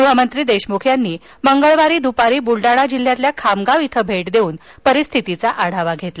गृहमंत्री देशमुख यांनी मंगळवारी दपारी बुलडाणा जिल्हयातील खामगाव इथे भेट देऊन परिस्थितीचा आढावा घेतला